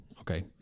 okay